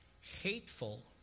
hateful